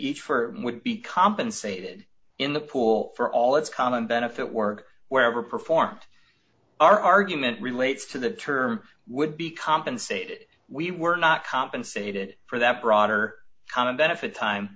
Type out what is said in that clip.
each for him would be compensated in the pool for all its common benefit work wherever performance our argument relates to the term would be compensated we were not compensated for that broader common benefit time